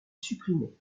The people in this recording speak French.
supprimée